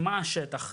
מה השטח.